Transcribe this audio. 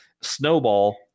Snowball